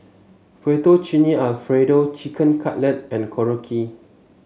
Fettuccine Alfredo Chicken Cutlet and Korokke